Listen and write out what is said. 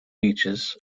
beaches